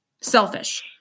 Selfish